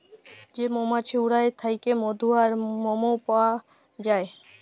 যে মমাছি উয়ার থ্যাইকে মধু আর মমও পাউয়া যায়